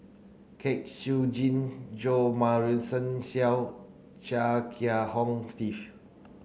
Kwek Siew Jin Jo Marion Seow Chia Kiah Hong Steve